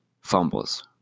fumbles